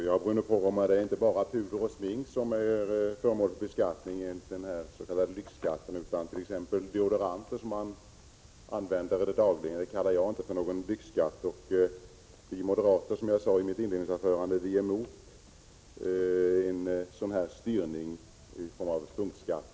Herr talman! Det är inte bara puder och smink som är föremål för beskattning genom den s.k. lyxskatten utan också t.ex. deodoranter som man väl använder dagligen. Det kallar jag inte för lyx. Som jag sade i mitt inledningsanförande är vi moderater emot en styrning i form av punktskatt.